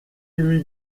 lui